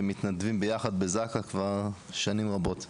מתנדבים יחד בזק"א כבר שנים רבות.